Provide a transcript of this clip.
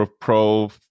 pro